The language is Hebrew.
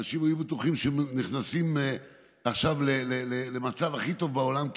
אנשים היו בטוחים שנכנסים עכשיו למצב הכי טוב בעולם,